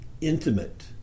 intimate